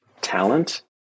talent